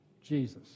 Jesus